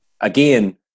again